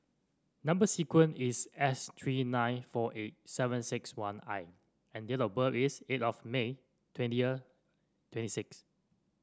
number sequence is S three nine four eight seven six one I and date of birth is eight of May twenty twenty six